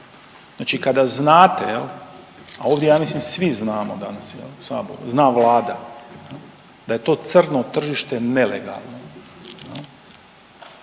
Znači kada znate jel, a ovdje ja mislim svi znamo danas jel u saboru, zna Vlada jel da je to crno tržište nelegalno